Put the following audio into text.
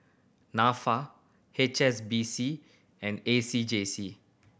Nafa H S B C and A C J C